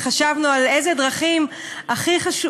וחשבנו על הדרכים שהכי חשוב,